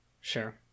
Sure